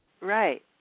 Right